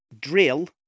drill